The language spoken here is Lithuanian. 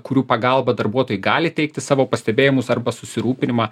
kurių pagalba darbuotojai gali teikti savo pastebėjimus arba susirūpinimą